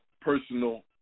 personal